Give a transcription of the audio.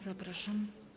Zapraszam.